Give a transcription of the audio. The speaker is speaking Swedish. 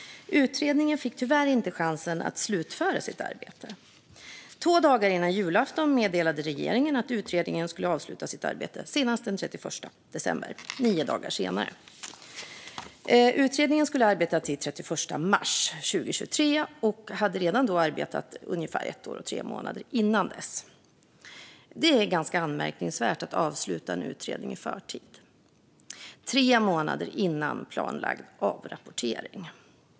Utredningen fick tyvärr inte chansen att slutföra sitt arbete. Två dagar före julafton meddelade regeringen att utredningen skulle avsluta sitt arbete senast den 31 december, nio dagar senare. Utredningen skulle ha arbetat till den 31 mars 2023 och hade redan då arbetat i ungefär ett år och tre månader innan dess. Det är ganska anmärkningsvärt att avsluta en utredning i förtid, tre månader före planlagd avrapportering.